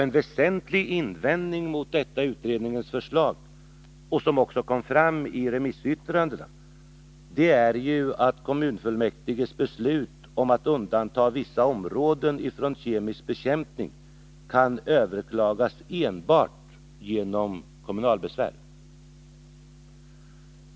En väsentlig invändning mot detta utredningens förslag, som också kom fram i remissyttrandena, är att kommunfullmäktiges beslut om att undanta vissa områden från kemisk bekämpning kan överklagas enbart genom kommunalbesvär.